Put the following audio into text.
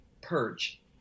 purge